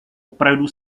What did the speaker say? opravdu